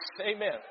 Amen